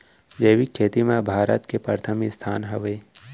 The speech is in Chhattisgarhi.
जैविक खेती मा भारत के परथम स्थान हवे